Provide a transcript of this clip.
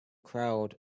crowd